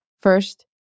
First